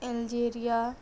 Algeria